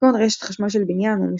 כגון רשת חשמל של בניין או מפעל.